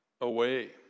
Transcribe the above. away